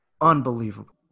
Unbelievable